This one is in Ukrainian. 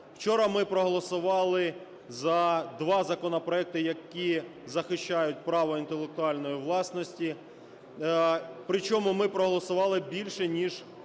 Вчора ми проголосували за два законопроекти, які захищають право інтелектуальної власності, причому ми проголосували більше, ніж